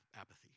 apathy